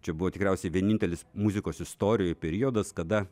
čia buvo tikriausiai vienintelis muzikos istorijoj periodas kada